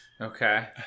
okay